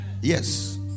Yes